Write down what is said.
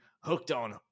hooked-on